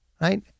Right